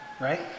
right